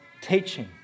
teaching